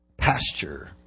pasture